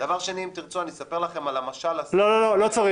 אם תרצו אני אספר לכם על המשל --- לא צריך.